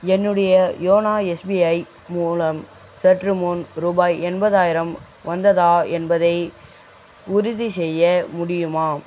என்னுடைய YONO SBI மூலம் சற்றுமுன் ரூபாய் எண்பதாயிரம் வந்ததா என்பதை உறுதிசெய்ய முடியுமா